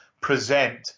present